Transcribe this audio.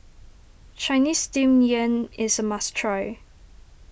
Chinese Steamed Yam is a must try